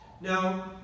Now